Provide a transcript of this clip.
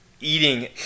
eating